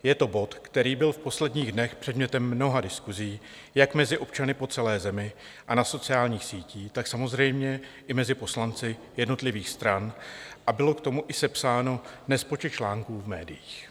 Je to bod, který byl v posledních dnech předmětem mnoha diskusí jak mezi občany po celé zemi a na sociálních sítích, tak samozřejmě i mezi poslanci jednotlivých stran, a byl k tomu i sepsán nespočet článků v médiích.